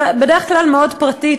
אני בדרך כלל מאוד פרטית,